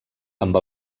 amb